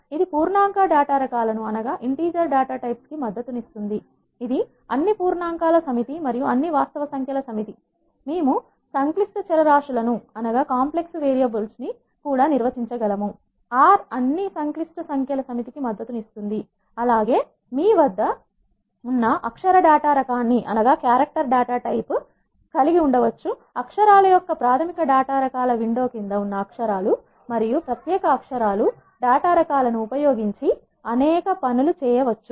ఇది పూర్ణాంక డేటా రకాలను మద్దతిస్తుంది ఇది అన్ని పూర్ణాంకా ల సమితి మరియు అన్ని వాస్తవ సంఖ్యల సమితి మేము సంక్లిష్ట చరరాశులను కూడా నిర్వచించ గలము ఆర్ R అన్ని సంక్లిష్ట సంఖ్య ల సమితి కి మద్దతు ఇస్తుంది అలాగే మీ వద్ద ఉన్న అక్షర డేటా రకాన్ని మేము కలిగి ఉండవచ్చు అక్షరాల యొక్క ప్రాథమిక డేటా రకాల విండో క్రింద ఉన్న అక్షరాలు మరియు ప్రత్యేక అక్షరాలు డేటా రకాలనుఉపయోగించి అనేక పనులు చేయవచ్చు